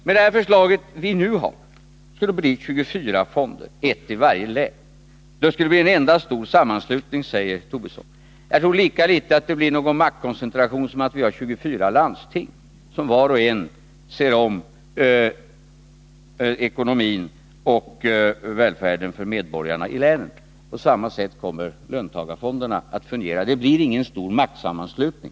Med det förslag som vi nu har skulle det bli 24 fonder, en fond i varje län. Det skulle bli en enda stor sammanslutning, säger Lars Tobisson. Jag tror för min del att det blir lika litet av maktkoncentration som när det gäller våra 24 landsting, som vart och ett ser om ekonomin och välfärden för medborgarna i länet. På samma sätt kommer löntagarfonderna att fungera. Det blir ingen maktsammanslutning.